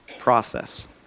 process